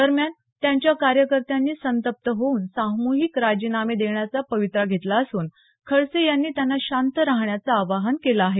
दरम्यान त्यांच्या कार्यकर्त्यांनी संतप्त होऊन सामूहिक राजीनामे देण्याचा पवित्रा घेतला असून खडसे यांनी त्यांना शांत राहण्याचं आवाहन केलं आहे